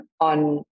on